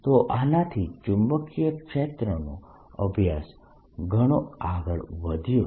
તો આનાથી ચુંબકીય ક્ષેત્રનો અભ્યાસ ઘણો આગળ વધ્યો છે